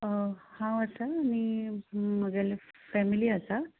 हांव आसां आनी म्हगेले फॅमिली आसा